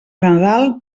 nadal